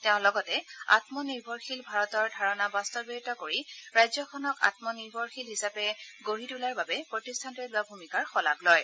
তেওঁ লগতে আমনিৰ্ভৰশীল ভাৰতৰ ধাৰণা বাস্তৱায়িত কৰি ৰাজ্যখনক আমনিৰ্ভৰশীল হিচাপে গঢ়ি তোলাৰ বাবে প্ৰতিষ্ঠানটোৱে লোৱা ভূমিকাৰ শলাগ লয়